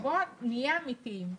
בואו נהיה אמיתיים.